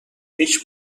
هیچ